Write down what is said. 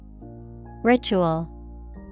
Ritual